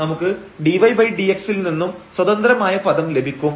നമുക്ക് dydx ൽ നിന്നും സ്വതന്ത്രമായ പദം ലഭിക്കും